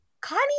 connie